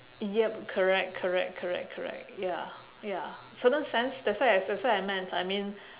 yup correct correct correct correct ya ya certain sense that's why I sa~ that's what I meant I mean